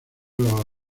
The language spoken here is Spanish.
los